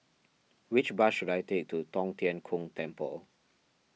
which bus should I take to Tong Tien Kung Temple